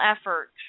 efforts